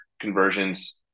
conversions